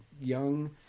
young